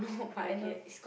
okay